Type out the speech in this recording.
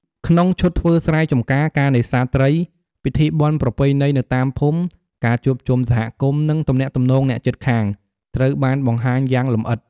ក្នុងឈុតធ្វើស្រែចម្ការ ការនេសាទត្រី ពិធីបុណ្យប្រពៃណីនៅតាមភូមិ ការជួបជុំសហគមន៍ និងទំនាក់ទំនងអ្នកជិតខាង ត្រូវបានបង្ហាញយ៉ាងលម្អិត ។